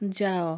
ଯାଅ